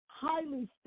highly